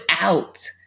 out